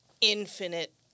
infinite